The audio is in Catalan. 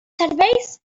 serveis